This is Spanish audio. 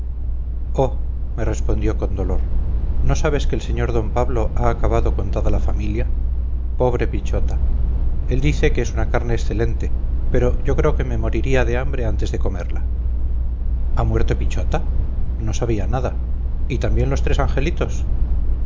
me respondió con dolor no sabes que el sr d pablo ha acabado con toda la familia pobre pichota él dice que es una carne excelente pero yo creo que me moriría de hambre antes de comerla ha muerto pichota no sabía nada y también los tres angelitos